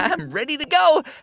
i'm ready to go.